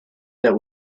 that